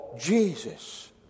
Jesus